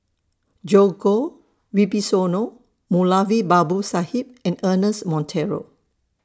Djoko Wibisono Moulavi Babu Sahib and Ernest Monteiro